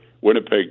Winnipeg